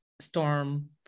storm